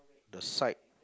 the side